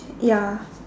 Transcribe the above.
ya